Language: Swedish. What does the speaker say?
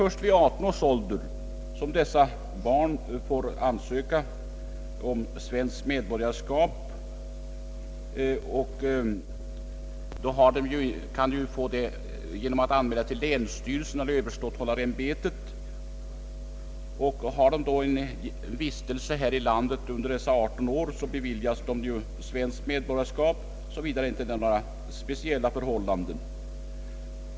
Först i 18-årsåldern får dessa barn ansöka om svenskt medborgarskap, vilket de kan erhålla genom länsstyrelsen eller överståthållarämbetet. Om de har vistats i landet under 18 år bevilias de svenskt medborgarskap, såvida inte speciella förhållanden föreligger.